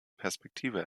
perspektive